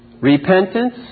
Repentance